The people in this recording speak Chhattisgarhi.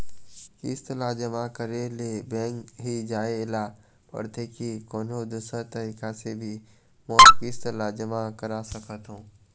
किस्त ला जमा करे ले बैंक ही जाए ला पड़ते कि कोन्हो दूसरा तरीका से भी मोर किस्त ला जमा करा सकत हो?